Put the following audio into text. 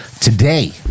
today